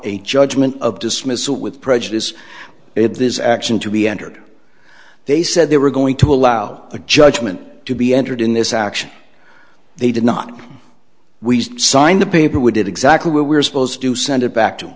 a judgment of dismissal with prejudice it is action to be entered they said they were going to allow a judgment to be entered in this action they did not we signed the paper we did exactly where we were supposed to send it back to